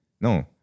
no